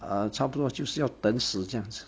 err 差不多就是要等死这样子